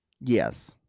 Yes